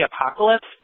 apocalypse